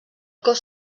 cos